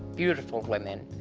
beautiful women.